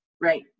Right